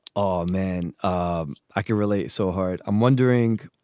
ah man, um i could relate so hard. i'm wondering